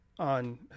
on